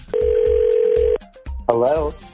hello